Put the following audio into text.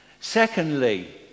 Secondly